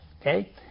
Okay